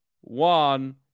one